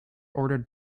ordered